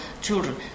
children